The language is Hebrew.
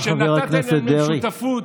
כשנתתם להם שותפות,